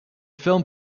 film